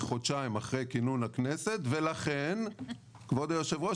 חודשיים אחרי כינון הכנסת ולכן כבוד היו"ר,